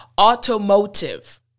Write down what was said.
automotive